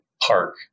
park